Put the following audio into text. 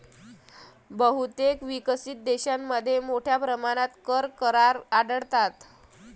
बहुतेक विकसित देशांमध्ये मोठ्या प्रमाणात कर करार आढळतात